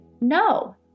no